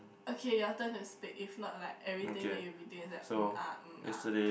okay your turn to speak if not like everything that you will be doing is like